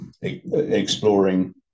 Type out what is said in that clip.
exploring